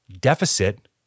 deficit